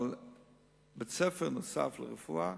אבל בית-ספר נוסף לרפואה,